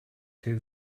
two